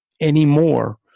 anymore